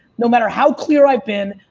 no matter how clear i've been,